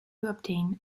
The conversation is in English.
obtain